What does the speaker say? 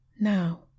Now